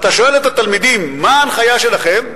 אתה שואל את התלמידים, מה ההנחיה שלכם?